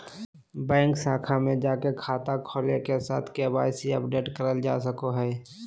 bank शाखा में जाके खाता खोले के साथ के.वाई.सी अपडेट करल जा सको हय